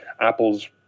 Apple's